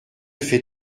fais